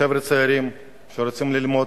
חבר'ה צעירים שרוצים ללמוד,